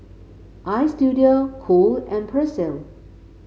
Istudio Cool and Persil